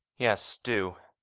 yes, do.